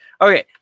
Okay